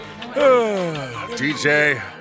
DJ